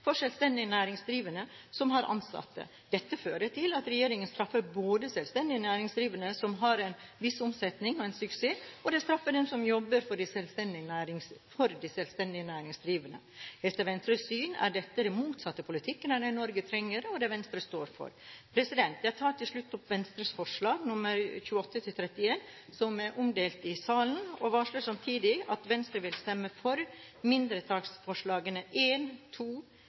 for selvstendig næringsdrivende som har ansatte. Dette fører til at regjeringen straffer både selvstendig næringsdrivende som har en viss omsetning og en suksess, og de straffer dem som jobber for de selvstendig næringsdrivende. Etter Venstres syn er dette den motsatte politikken av det Norge trenger, og det Venstre står for. Jeg tar til slutt opp Venstres forslag, nr. 28–31, som er omdelt i salen, og varsler samtidig at Venstre vil stemme for mindretallsforslagene